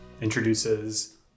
introduces